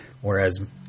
Whereas